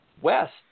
west